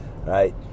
Right